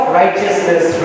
righteousness